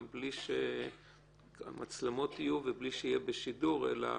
בלי שהמצלמות יהיו ובלי שזה יהיה בשידור אלא